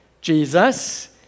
Jesus